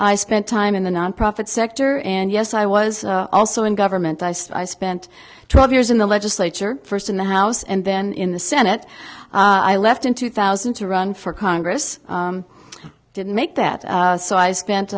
i spent time in the nonprofit sector and yes i was also in government i spent twelve years in the legislature first in the house and then in the senate i left in two thousand to run for congress didn't make that so i